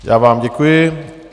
Já vám děkuji.